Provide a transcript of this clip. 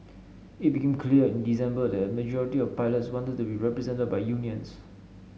it became clear in December that a majority of pilots wanted to be represented by unions